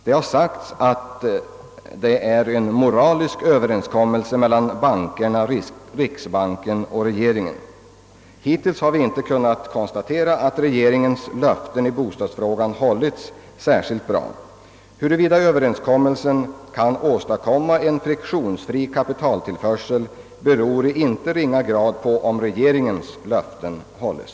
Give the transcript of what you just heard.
Det har sagts att det är en moralisk överenskommelse mellan bankerna, riksbanken och regeringen. Hittills har vi inte kunnat konstatera att regeringens löften i bostadsfrågan hållits särskilt bra. Huruvida denna överenskommelse kan åstadkomma en friktionsfri kapitaltillförsel till bostadsbyggandet beror i inte ringa grad på om regeringens löften hålles.